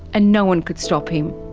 and no one could stop him.